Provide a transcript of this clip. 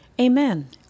Amen